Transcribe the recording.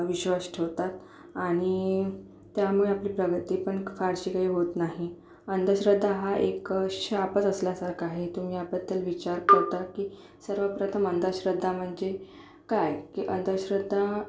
विश्वास ठेवतात आणि त्यामुळे आपली प्रगती पण फारशी काहीे होत नाही अंधश्रद्धा हा एक शापच असल्यासारखा आहे तुम्ही ह्याबद्दल विचार करता की सर्वप्रथम अंधश्रद्धा म्हणजे काय की अंधश्रद्धा